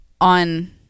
on